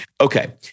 Okay